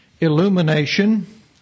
illumination